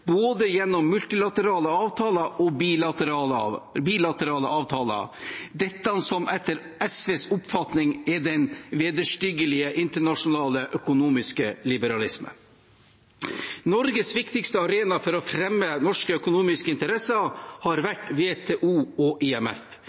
både gjennom multilaterale avtaler og bilaterale avtaler – dette som etter SVs oppfatning er den vederstyggelige internasjonale økonomiske liberalismen. Norges viktigste arena for å fremme norske økonomiske interesser har vært WTO og IMF.